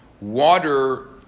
Water